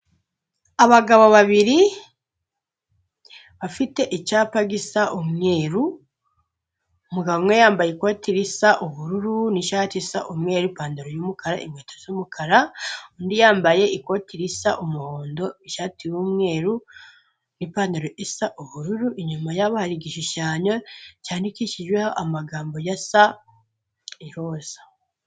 Abagabo babiri bafite icyapa gisa umweru, umugabo umwe yambaye ikoti risa ubururu n'ishati isa umweru n'ipantaro y'umukara, inkweto z'umukara, undi yambaye ikoti risa umuhondo, ishati y'umweru n'ipantaro isa ubururu, inyuma yabo hari igishushanyo cyandikishijweho amagambo asa iroza.